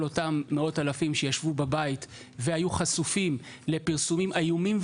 אותם מאות אלפים שישבו בבית והיו חשופים לפרסומים איומים,